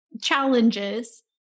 challenges